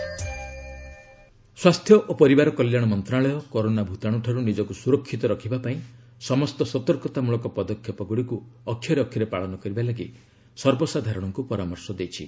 health advisory ସ୍ୱାସ୍ଥ୍ୟ ଓ ପରିବାର କଲ୍ୟାଣ ମନ୍ତ୍ରଣାଳୟ କରୋନା ଭୂତାଣୁଠାରୁ ନିଜକୁ ସୁରକ୍ଷିତ ରଖିବା ପାଇଁ ସମସ୍ତ ସତର୍କତା ମୂଳକ ପଦକ୍ଷେପଗୁଡ଼ିକୁ ଅକ୍ଷରେ ଅକ୍ଷରେ ପାଳନ କରିବା ଲାଗି ସର୍ବସାଧାରଣଙ୍କୁ ପରାମର୍ଶ ଦେଇଛନ୍ତି